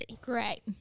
Great